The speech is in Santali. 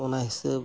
ᱚᱱᱟ ᱦᱤᱥᱟᱹᱵ